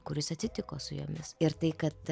kuris atsitiko su jomis ir tai kad